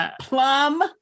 Plum